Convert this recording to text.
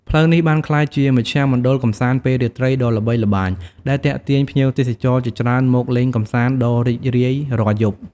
ផ្លូវនេះបានក្លាយជាមជ្ឈមណ្ឌលកម្សាន្តពេលរាត្រីដ៏ល្បីល្បាញ និងទាក់ទាញភ្ញៀវទេសចរជាច្រើនមកលេងកម្សាន្តដ៏រីករាយរាល់យប់។